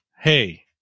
hey